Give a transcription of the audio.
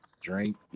drink